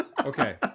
Okay